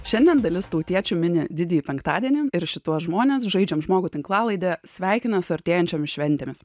šiandien dalis tautiečių mini didįjį penktadienį ir šituos žmones žaidžiam žmogų tinklalaidė sveikina su artėjančiomis šventėmis